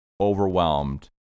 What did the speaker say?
overwhelmed